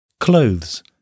Clothes